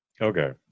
Okay